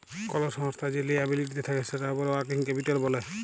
call সংস্থার যে liability থাক্যে সেটার উপর ওয়ার্কিং ক্যাপিটাল ব্যলে